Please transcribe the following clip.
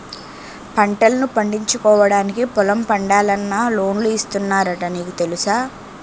పంటల్ను పండించుకోవడానికి పొలం పండాలన్నా లోన్లు ఇస్తున్నారట నీకు తెలుసా?